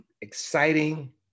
exciting